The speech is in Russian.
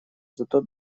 зато